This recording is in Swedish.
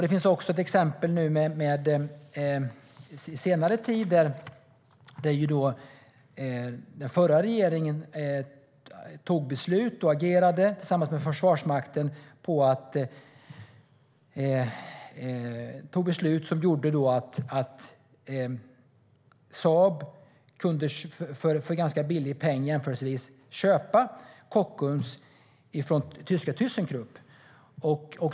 Det finns också ett exempel från senare tid. Den förra regeringen agerade tillsammans med Försvarsmakten och fattade beslut som gjorde att Saab för en jämförelsevis billig peng kunde köpa Kockums av tyska Thyssen Krupp.